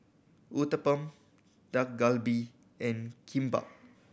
Uthapam Dak Galbi and Kimbap